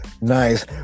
Nice